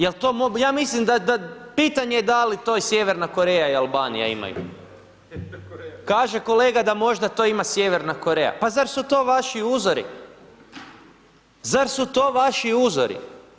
Jel' to, ja mislim da, da, pitanje je da li to i Sjeverna Koreja i Albanija imaju [[Upadica: Koreja ima.]] Kaže kolega da možda to ima Sjeverna Koreja, pa zar su to vaši uzori, zar su to vaši uzori?